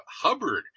Hubbard